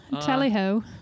Tally-ho